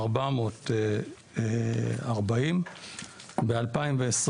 6,440,000. ב-2020